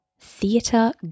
theatre